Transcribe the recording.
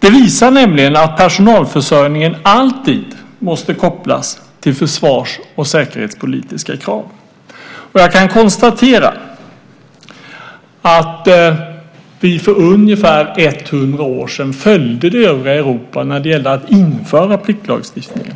Det visar nämligen att personalförsörjningen alltid måste kopplas till försvars och säkerhetspolitiska krav. Jag kan konstatera att vi för ungefär 100 år sedan följde det övriga Europa när det gällde att införa pliktlagstiftningen.